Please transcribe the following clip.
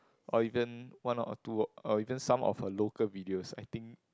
or even one or two or even some of her local videos I think